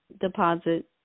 Deposit